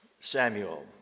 Samuel